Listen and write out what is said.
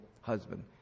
husband